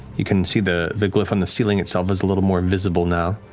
you can see the the glyph on the ceiling itself is a little more visible now.